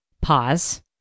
pause